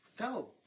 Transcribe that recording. Go